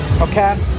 okay